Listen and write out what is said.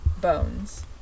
Bones